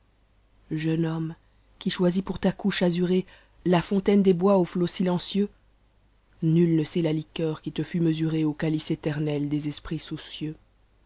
jeune homme qui choisis pour ta couche azurée la fontaine des bois aux oots silencieux nul ne sait la liqueur qui te fut mesurée au ealice éterne des esprits somcieax